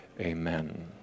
amen